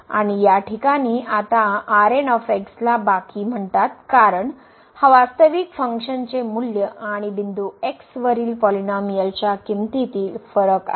आणि या ठिकाणी आता ला बाकी म्हणतात कारण हा वास्तविक फंक्शनचे मूल्य आणि बिंदू x वरील पॉलिनोमिअलच्या किंमतीतील फरक आहे